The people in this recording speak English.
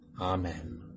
Amen